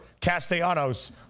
Castellanos